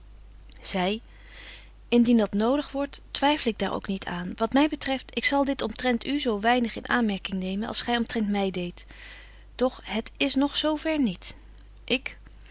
zy indien dat nodig wordt twyffel ik daar ook niet aan wat my betreft ik zal dit omtrent u zo weinig in aanmerking nemen als gy omtrent my deedt doch het is nog zo ver niet ik